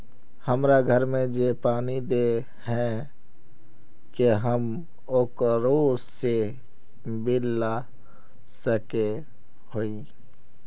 हमरा घर में जे पानी दे है की हम ओकरो से बिल ला सके हिये?